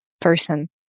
person